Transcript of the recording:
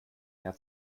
mehr